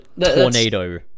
tornado